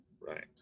Right